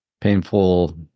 Painful